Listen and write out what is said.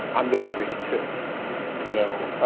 i'm there for you to you know. ah